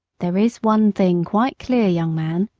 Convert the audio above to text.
there is one thing quite clear, young man,